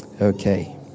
Okay